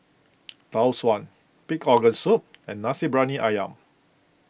Tau Suan Pig's Organ Soup and Nasi Briyani Ayam